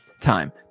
time